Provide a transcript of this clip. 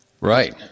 Right